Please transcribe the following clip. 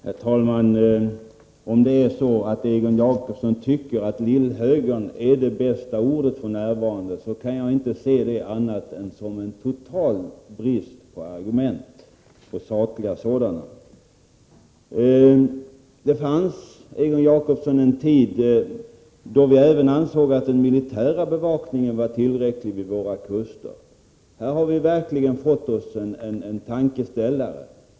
Herr talman! Om det är så att Egon Jacobsson tycker att ”lillhögern” är det bästa ordet f.n., kan jag inte se det annat än som en total brist på sakliga argument. Det fanns, Egon Jacobsson, en tid då vi ansåg att även den militära bevakningen vid våra kuster var tillräcklig. Här har vi verkligen fått oss en tankeställare.